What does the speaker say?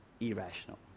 irrational